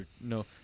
no